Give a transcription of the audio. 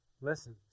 listen